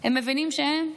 הם מבינים שהם,